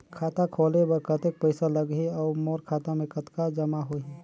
खाता खोले बर कतेक पइसा लगही? अउ मोर खाता मे कतका जमा होही?